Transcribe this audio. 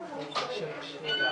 זה נראה לי משהו שהוא מחויב.